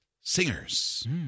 Singers